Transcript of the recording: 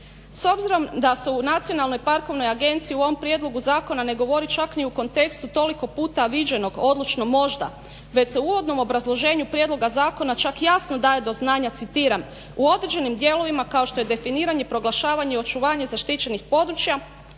S obzirom da se o Nacionalnoj parkovnog agenciji u ovom prijedlogu zakona ne govori čak ni u kontekstu toliko puta viđenog odlučno možda već se u uvodnom obrazloženju prijedloga zakona čak jasno daje do znanja, citiram: "U određenim dijelovima kao što je definiranje, proglašavanje i očuvanje zaštićenih područja